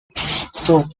soaked